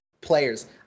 players